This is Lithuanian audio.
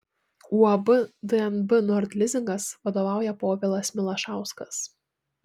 uab dnb nord lizingas vadovauja povilas milašauskas